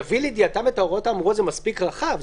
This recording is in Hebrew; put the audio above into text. יביא לידיעתכם את ההוראות האמורות זה מספיק רחב.